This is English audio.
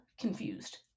confused